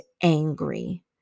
angry